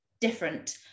different